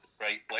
right